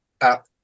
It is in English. app